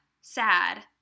sad